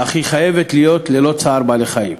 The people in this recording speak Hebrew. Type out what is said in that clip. אך היא חייבת להיות ללא צער בעלי-חיים.